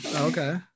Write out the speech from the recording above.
Okay